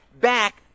back